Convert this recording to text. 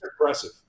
impressive